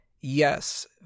yes